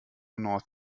north